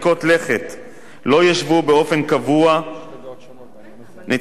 שלא ישבו באופן קבוע נציגי המשרד לאיכות